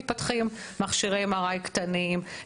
מתפתחים: מכשירי MRI קטנים,